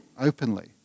openly